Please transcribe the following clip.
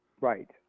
Right